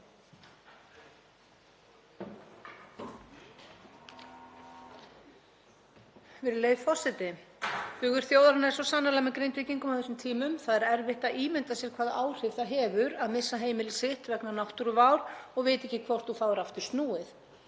Virðulegur forseti. Hugur þjóðarinnar er svo sannarlega með Grindvíkingum á þessum tímum. Það er erfitt að ímynda sér hvaða áhrif það hefur að missa heimili sitt vegna náttúruvár og vita ekki hvort þú fáir aftur snúið.